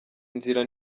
nzira